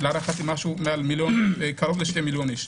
זה קרוב ל-2 מיליון איש,